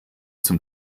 zum